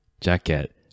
jacket